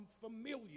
familiar